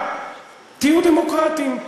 תהיו דמוקרטיים.